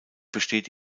besteht